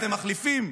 אתם מחליפים,